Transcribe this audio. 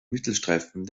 mittelstreifen